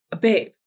babe